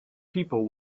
people